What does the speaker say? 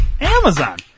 Amazon